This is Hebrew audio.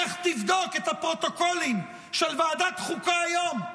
לך תבדוק את הפרוטוקולים של ועדת חוקה היום.